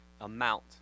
amount